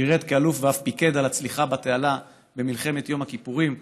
שירת כאלוף ואף פיקד על צליחת התעלה במלחמת יום הכיפורים,